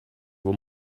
were